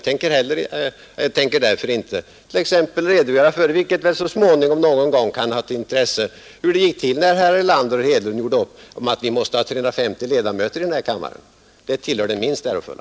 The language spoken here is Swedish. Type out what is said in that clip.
Därför tänker jag t.ex. inte redogöra för — vilket väl så småningom någon gång kan ha ett intresse — hur det gick till när herrar Erlander och Hedlund gjorde upp om att vi måste ha 350 ledamöter i den här kammaren. Det tillhör det minst ärofulla.